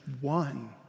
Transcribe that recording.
one